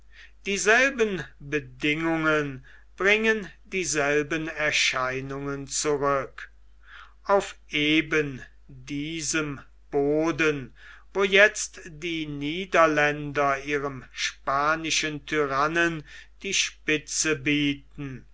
dieselben bedingungen bringen dieselben erscheinungen zurück auf eben diesem boden wo jetzt die niederländer ihrem spanischen tyrannen die spitze bieten